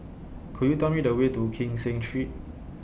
Could YOU Tell Me The Way to Kee Seng Street